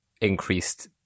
increased